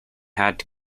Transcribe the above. had